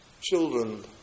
Children